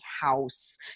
house